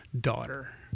daughter